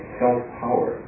self-power